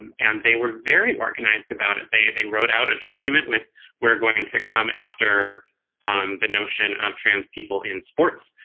um and they were very organized about it. they they wrote out a document with we're going to come after the notion of trans people in sports.